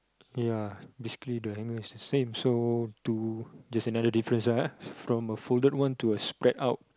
ya basically the hanger is the same so to just another difference ah from a folded one to a spread out